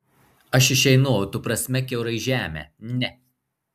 aš išeinu o tu prasmek kiaurai žemę ne